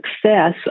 success